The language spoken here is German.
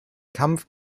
kampf